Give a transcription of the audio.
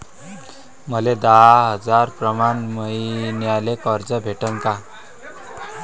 मले दहा हजार प्रमाण मईन्याले कर्ज भेटन का?